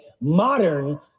modern